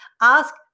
ask